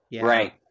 Right